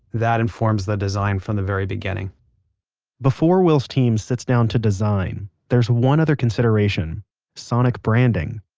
that informs the design from the very beginning before will's team sits down to design, there's one other consideration sonic branding